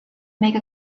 make